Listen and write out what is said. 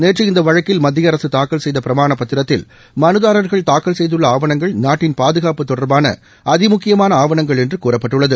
நேற்று இந்த வழக்கில் மத்திய அரசு தாக்கல் செய்த பிரமாணப் பத்திரத்தில் மனுதாரர்கள் தாக்கல் செய்துள்ள ஆவணங்கள் நாட்டின் பாதுகாப்பு தொடர்பான அதிமுக்கியமான ஆவணங்கள் என்று கூறப்பட்டுள்ளது